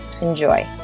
Enjoy